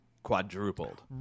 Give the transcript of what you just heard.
Quadrupled